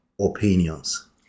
opinions